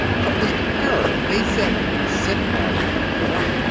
but, mr. berg, they said sit down a minute, boy.